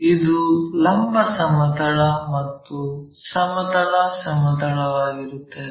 ಇದು ಲಂಬ ಸಮತಲ ಮತ್ತು ಸಮತಲ ಸಮತಲವಾಗಿರುತ್ತದೆ